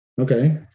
Okay